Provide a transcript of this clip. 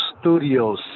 Studios